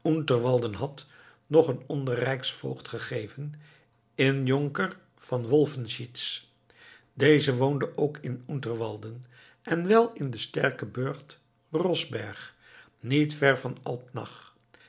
unterwalden had nog een onder rijksvoogd gegeven in jonker van wolfenschiez deze woonde ook in unterwalden en wel in den sterken burcht roszberg niet ver van alpnach